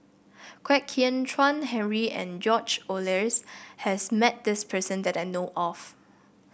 Kwek Hian Chuan Henry and George Oehlers has met this person that I know of